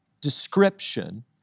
description